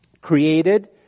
created